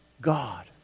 God